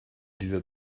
dieser